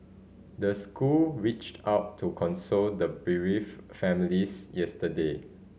the school reached out to console the bereaved families yesterday